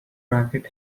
racket